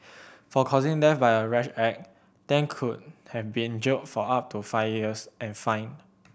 for causing death by a rash act Tan could have been jailed for up to five years and fined